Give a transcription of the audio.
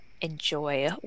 enjoy